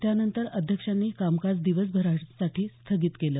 त्यानंतर अध्यक्षांनी कामकाज दिवसभरासाठी स्थगित केलं